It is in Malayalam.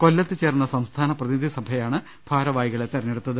കൊല്ലത്ത് ചേർന്ന സംസ്ഥാന പ്രതിനിധി സഭയാണ് ഭാരവാഹികളെ തെരഞ്ഞെടുത്തത്